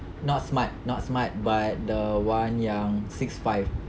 not smart not smart but the one yang six five